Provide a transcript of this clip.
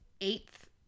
eighth